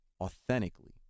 authentically